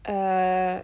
err